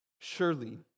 Surely